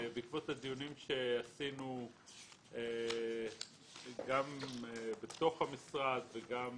בעקבות הדיונים שקיימנו גם במשרד וגם